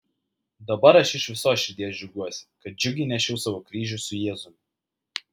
dabar aš iš visos širdies džiaugiuosi kad džiugiai nešiau savo kryžių su jėzumi